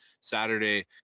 Saturday